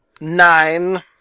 Nine